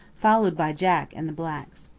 followed by jack and the blacks.